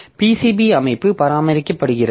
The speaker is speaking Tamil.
PCB அமைப்பு பராமரிக்கப்படுகிறது